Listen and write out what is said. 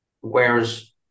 whereas